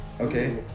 Okay